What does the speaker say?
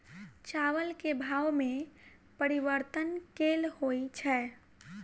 चावल केँ भाव मे परिवर्तन केल होइ छै?